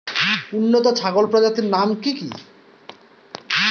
উন্নত ছাগল প্রজাতির নাম কি কি?